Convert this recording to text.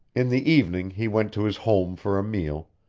in the evening he went to his home for a meal,